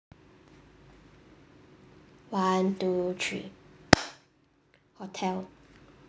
one two three hotel